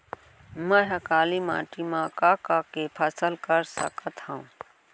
मै ह काली माटी मा का का के फसल कर सकत हव?